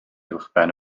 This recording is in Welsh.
uwchben